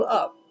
up